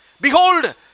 Behold